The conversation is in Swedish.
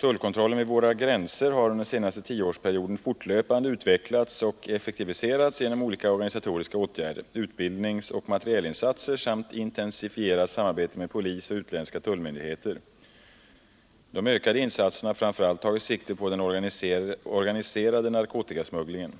Tullkontrollen vid våra gränser har under den senaste tioårsperioden fortlöpande utvecklats och effektiviserats genom olika organisatoriska åtgärder, utbildningsoch materielinsatser samt intensifierat samarbete med polis och utländska tullmyndigheter. De ökade insatserna har framför allt tagit sikte på den organiserade narkotikasmugglingen.